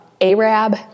Arab